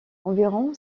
environ